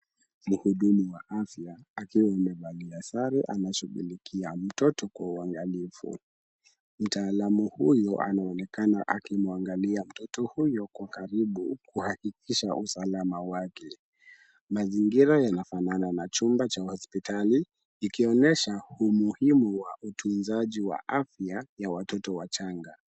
Mhudumu wa afya akiwa amevalia sare anashughulikia mtoto kwa uangalifu. Mtaalamu huyu anaonekana akimwangalia mtoto huyo kwa karibu kuhakikisha usalama wake. Mazingira yanafanana na chumba cha hospitali ikionyesha umuhimu wa utunzaji wa afya ya watoto wachanga.